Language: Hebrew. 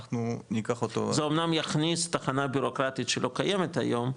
אנחנו ניקח אותו- -- זה אמנם יכניס תחנה בירוקרטית שלא קיימת היום,